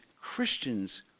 Christians